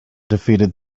defeated